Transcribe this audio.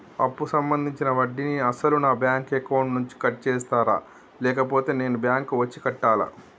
అప్పు సంబంధించిన వడ్డీని అసలు నా బ్యాంక్ అకౌంట్ నుంచి కట్ చేస్తారా లేకపోతే నేను బ్యాంకు వచ్చి కట్టాలా?